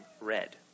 Red